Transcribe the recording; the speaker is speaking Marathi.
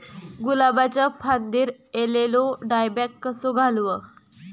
गुलाबाच्या फांदिर एलेलो डायबॅक कसो घालवं?